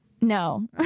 No